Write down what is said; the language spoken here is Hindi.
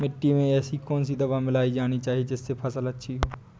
मिट्टी में ऐसी कौन सी दवा मिलाई जानी चाहिए जिससे फसल अच्छी हो?